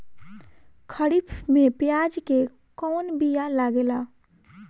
खरीफ में प्याज के कौन बीया लागेला?